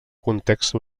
context